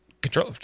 control